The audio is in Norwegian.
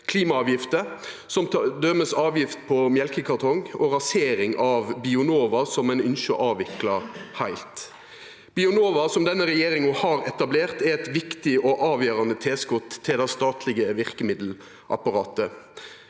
klimaavgifter, som t.d. avgift på mjølkekartongar og rasering av Bionova, som ein ynskjer å avvikla heilt. Bionova, som denne regjeringa har etablert, er eit viktig og avgjerande tilskot til det statlege verkemiddelapparatet.